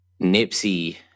Nipsey